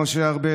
משה ארבל,